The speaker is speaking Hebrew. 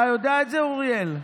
אתה יודע את זה, אוריאל?